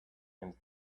and